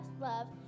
love